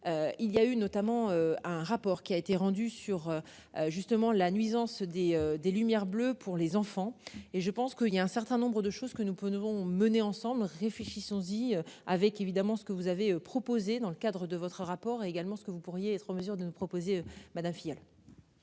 Il y a eu notamment un rapport qui a été rendue sur justement la nuisance des des lumières bleues pour les enfants et je pense que il y a un certain nombre de choses que nous pouvons nous vont mener ensemble, réfléchissons. Avec évidemment ce que vous avez proposé dans le cadre de votre rapport également ce que vous pourriez être en mesure de proposer Mada fièvre.